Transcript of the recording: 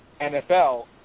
NFL